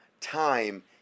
Time